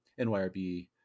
NYRB